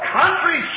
country